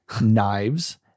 knives